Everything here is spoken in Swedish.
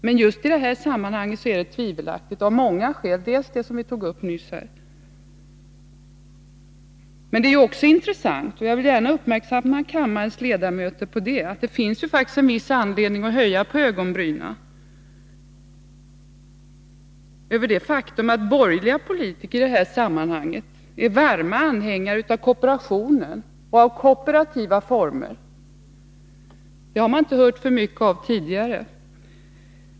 Men just i det här sammanhanget är dessa former tvivelaktiga av många skäl, bl.a. det vi nyss tog upp. Jag vill gärna uppmärksamma kammarens ledamöter på att det faktiskt finns en viss anledning att höja på ögonbrynen inför det faktum att borgerliga Politiker i det här sammanhanget är varma anhängare av kooperationen och av kooperativa former. Det har man inte hört alltför mycket av tidigare!